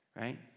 right